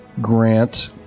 Grant